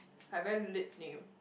like very lit name